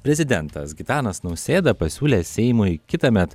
prezidentas gitanas nausėda pasiūlė seimui kitąmet